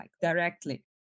directly